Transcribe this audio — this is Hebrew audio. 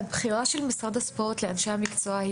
עוד פעם: הבחירה של משרד הספורט לאנשי המקצוע היא